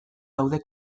daude